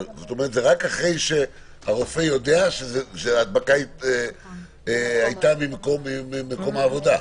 אבל זה רק אחרי שהרופא יודע שההדבקה הייתה ממקום העבודה.